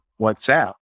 WhatsApp